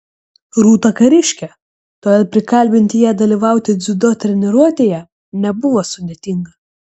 rūta kariškė todėl prikalbinti ją dalyvauti dziudo treniruotėje nebuvo sudėtinga